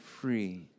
free